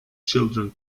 children